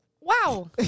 Wow